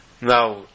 Now